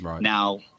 Now